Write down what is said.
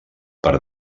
per